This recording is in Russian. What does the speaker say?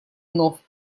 вновь